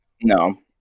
No